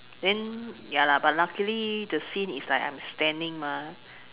then ya lah but luckily the scene is like I'm standing mah